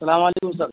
سلام علیکم سر